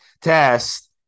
TEST